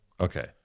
Okay